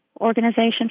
organization